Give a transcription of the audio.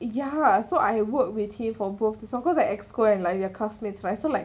ya so I work with him for both so of course like like we're classmates like so like